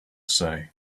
say